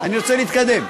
אני רוצה להתקדם.